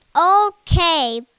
Okay